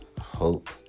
hope